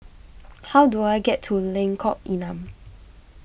how do I get to Lengkok Enam